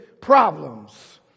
problems